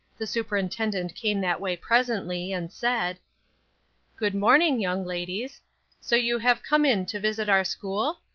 the superintendent came that way presently, and said good-morning, young ladies so you have come in to visit our school?